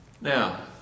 Now